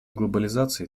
глобализации